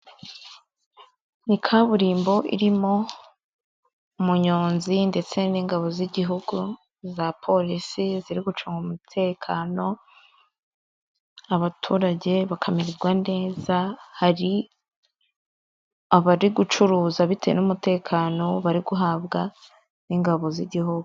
Ni kaburimbo irimo umunyonzi ndetse n'ingabo z'igihugu za porisi ziri gucunga umutekano ,abaturage bakamererwa neza ,hari abari gucuruza bitewe n'umutekano bari guhabwa n'ingabo z'igihugu.